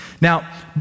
Now